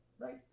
right